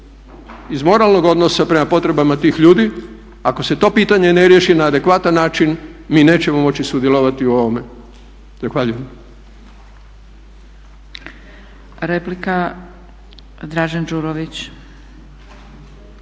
iz moralnog odnosa prema potrebama tih ljudi ako se to pitanje ne riješi na adekvatan način mi nećemo moći sudjelovati u ovome. Zahvaljujem.